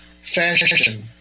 fashion